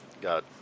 Got